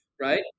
Right